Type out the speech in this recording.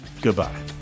Goodbye